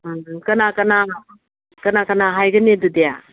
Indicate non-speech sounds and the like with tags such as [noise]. [unintelligible] ꯎꯝ ꯀꯅꯥ ꯀꯅꯥꯅꯣ ꯀꯅꯥ ꯀꯅꯥ ꯍꯥꯏꯒꯅꯤ ꯑꯗꯨꯗꯤ